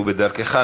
ובדרכך,